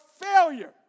failure